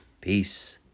Peace